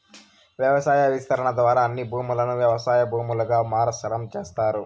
వ్యవసాయ విస్తరణ ద్వారా అన్ని భూములను వ్యవసాయ భూములుగా మార్సటం చేస్తారు